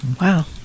Wow